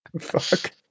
Fuck